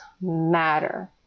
matter